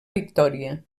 victòria